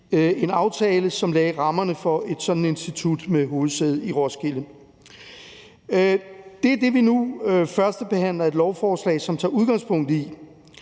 en aftale, som lagde rammerne for et sådant institut med hovedsæde i Roskilde. Det, vi nu førstebehandler, er et lovforslag, som tager udgangspunkt i